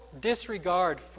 disregard